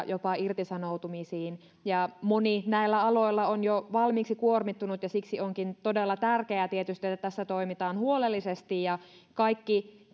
jopa irtisanoutumisiin moni näillä aloilla on jo valmiiksi kuormittunut ja siksi onkin todella tärkeää tietysti että tässä toimitaan huolellisesti ja kaikki